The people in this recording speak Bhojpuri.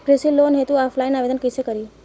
कृषि लोन हेतू ऑफलाइन आवेदन कइसे करि?